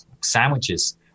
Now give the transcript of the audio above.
sandwiches